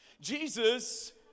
Jesus